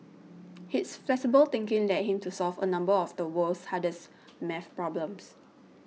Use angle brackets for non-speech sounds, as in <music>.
<noise> his flexible thinking led him to solve a number of the world's hardest maths problems